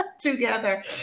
together